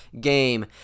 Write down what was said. game